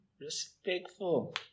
respectful